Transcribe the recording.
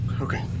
Okay